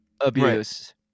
abuse